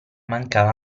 mancava